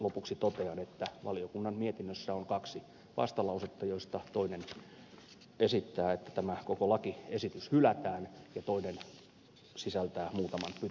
lopuksi totean että valiokunnan mietinnössä on kaksi vastalausetta joista toinen esittää että tämä koko lakiesitys hylätään ja toinen sisältää muutaman